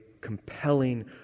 compelling